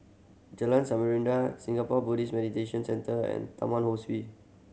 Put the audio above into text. Jalan Samarinda Singapore Buddhist Meditation Centre and Taman Ho Swee